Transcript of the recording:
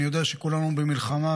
אני יודע שכולנו במלחמה,